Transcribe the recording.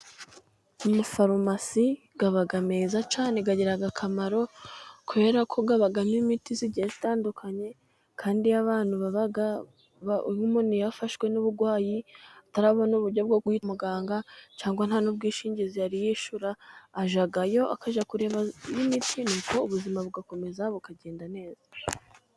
Amufarumasi aba meza cyane. Agira akamaro kubera ko abamo imiti igiye itandukanye, kandi iyo abantu, umuntu yafashwe n'uburwayi atarabona uburyo bwo guhura n'umuganga cyangwa nta n'ubwishingizi yari yishyura, ajyayo akajya kureba n'imiti nuko ubuzima bugakomeza bukagenda neza.